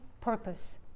purpose